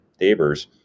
neighbors